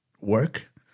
work